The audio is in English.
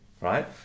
right